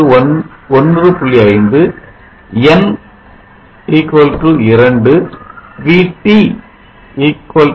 5 n 2 VT 0